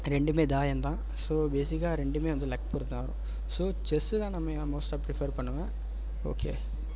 ரெண்டுமே தாயம் தான் ஸோ பேசிக்காக ரெண்டுமே வந்து லக் பொறுத்து தான் வரும் ஸோ செஸ்ஸு தான் நான் மெ மோஸ்ட்டாக பிரிஃபர் பண்ணுவேன் ஓகே